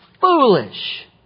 foolish